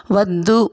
వద్దు